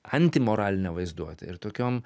antimoraline vaizduote ir tokiom